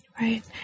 Right